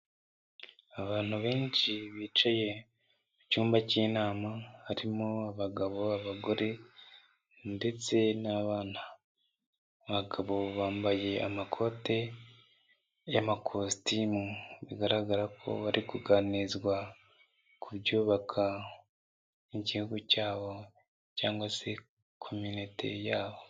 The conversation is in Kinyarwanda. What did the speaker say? Abantu benshi bicaye mu cyumba k'inama, harimo abagabo, abagore ndetse n'abana, abagabo bambaye amakoti y'amakositimu, bigaragara ko bari kuganirizwa kubyubaka igihugu cyabo cyangwa se kominote yabo.